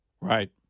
Right